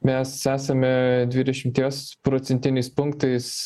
mes esame dvidešimties procentiniais punktais